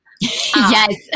Yes